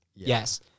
Yes